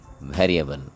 variable